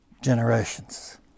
Generations